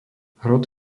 hrot